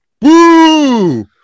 boo